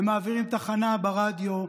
הם מעבירים תחנה ברדיו,